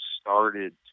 started